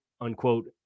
unquote